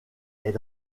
est